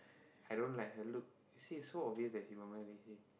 I don't like her look you see is so obvious that she Bangladeshi